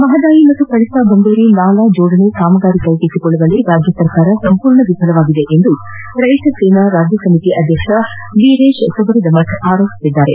ಮಹದಾಯಿ ಮತ್ತು ಕಳಸಾ ಬಂಡೂರಿ ನಾಲಾ ಜೋಡಣೆ ಕಾಮಗಾರಿ ಕೈಗೆತ್ತಿಕೊಳ್ಳುವಲ್ಲಿ ರಾಜ್ಯ ಸರ್ಕಾರ ಸಂಪೂರ್ಣ ವಿಫಲವಾಗಿದೆ ಎಂದು ರೈತ ಸೇನಾ ರಾಜ್ಯ ಸಮಿತಿ ಅಧ್ಯಕ್ಷ ವೀರೇಶ ಸೊಬರದಮಠ್ ಆರೋಪಿಸಿದ್ದಾರೆ